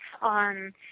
on